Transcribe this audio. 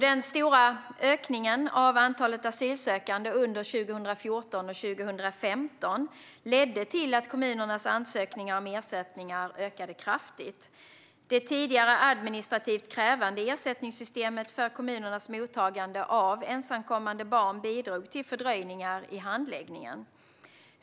Den stora ökningen av antalet asylsökande under 2014 och 2015 ledde till att kommunernas ansökningar om ersättning ökade kraftigt. Det tidigare administrativt krävande ersättningssystemet för kommunernas mottagande av ensamkommande barn bidrog till fördröjningar i handläggningen.